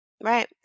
right